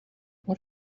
what